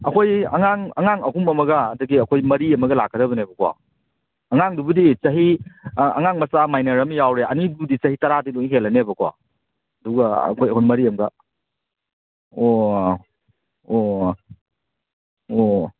ꯑꯩꯈꯣꯏ ꯑꯉꯥꯡ ꯑꯉꯥꯡ ꯑꯍꯨꯝ ꯑꯃꯒ ꯑꯗꯒꯤ ꯑꯩꯈꯣꯏ ꯃꯔꯤ ꯑꯃꯒ ꯂꯥꯛꯀꯗꯕꯅꯦꯕꯀꯣ ꯑꯉꯥꯡꯗꯨꯕꯨꯗꯤ ꯆꯍꯤ ꯑꯉꯥꯡ ꯃꯆꯥ ꯃꯥꯏꯅꯔ ꯑꯃ ꯌꯥꯎꯔꯦ ꯑꯅꯤꯕꯨꯗꯤ ꯆꯍꯤ ꯇꯔꯥꯗꯤ ꯂꯣꯏ ꯍꯦꯜꯂꯅꯦꯕꯀꯣ ꯑꯗꯨꯒ ꯑꯩꯈꯣꯏ ꯑꯩꯈꯣꯏ ꯃꯔꯤ ꯑꯃꯒ ꯑꯣ ꯑꯣ ꯑꯣ